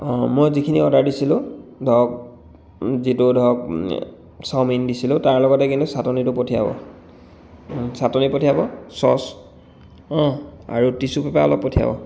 অঁ মই যিখিনি অৰ্ডাৰ দিছিলোঁ ধৰক যিটো ধৰক চাউমিন দিছিলোঁ তাৰ লগতে কিন্তু চাটনিটো পঠিয়াব চাটনি পঠিয়াব চচ আৰু টিছু পেপাৰ অলপ পঠিয়াব